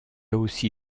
aussi